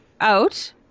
out